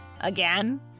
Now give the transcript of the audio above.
Again